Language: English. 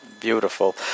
Beautiful